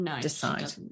decide